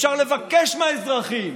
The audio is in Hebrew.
אפשר לבקש מהאזרחים,